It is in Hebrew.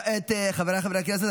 חבריי חברי הכנסת,